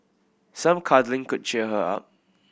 some cuddling could cheer her up